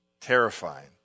Terrifying